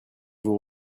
vous